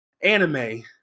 anime